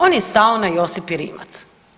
On je stao na Josipi Rimac.